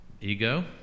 Ego